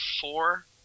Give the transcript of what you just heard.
four